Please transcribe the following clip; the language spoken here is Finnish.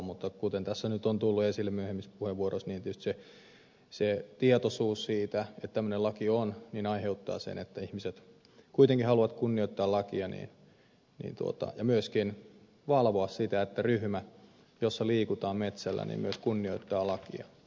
mutta kuten tässä nyt on tullut esille myöhemmissä puheenvuoroissa tietysti tietoisuus siitä että tämmöinen laki on aiheuttaa sen että ihmiset kuitenkin haluavat kunnioittaa lakeja ja myöskin valvoa sitä että ryhmä joka liikkuu metsällä myös kunnioittaa lakeja